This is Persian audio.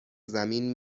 زمین